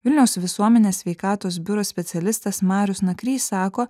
vilniaus visuomenės sveikatos biuro specialistas marius nakrys sako